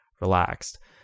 relaxed